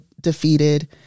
defeated